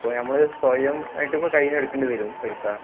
ഇപ്പോൾ നമ്മൾ സ്വയം ആയിട്ട് ഇപ്പോ കയ്യിൽ നിന്ന് എടുക്കേണ്ടി വരും പൈസ